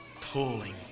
pulling